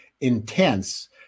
intense